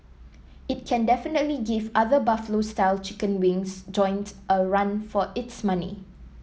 it can definitely give other Buffalo style chicken wings joint a run for its money